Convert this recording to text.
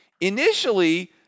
initially